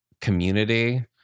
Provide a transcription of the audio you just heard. community